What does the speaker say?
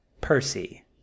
Percy